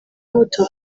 muto